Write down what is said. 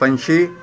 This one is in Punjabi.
ਪੰਛੀ